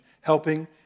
helping